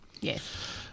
Yes